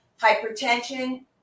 hypertension